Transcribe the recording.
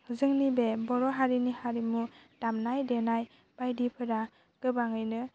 जोंनि बे बर' हारिनि हारिमु दामनाय देनाय बायदिफोरा गोबाङैनो